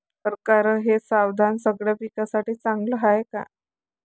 परकारं हे साधन सगळ्या पिकासाठी चांगलं हाये का?